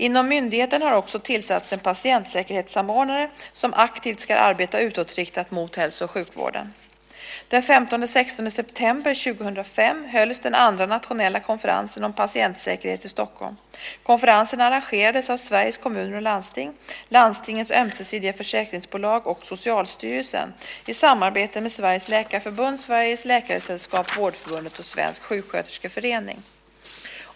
Inom myndigheten har också tillsatts en patientsäkerhetssamordnare som aktivt ska arbeta utåtriktat mot hälso och sjukvården. Den 15-16 september 2005 hölls den andra nationella konferensen om patientsäkerhet i Stockholm. Konferensen arrangerades av Sveriges Kommuner och Landsting, Landstingens Ömsesidiga Försäkringsbolag och Socialstyrelsen, i samarbete med Sveriges läkarförbund, Svenska läkaresällskapet, Vårdförbundet och Svensk sjuksköterskeförening.